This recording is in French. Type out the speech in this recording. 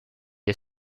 est